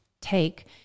take